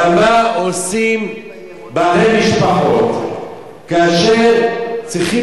אבל מה עושים בעלי משפחות כאשר צריכים